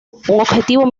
objetivo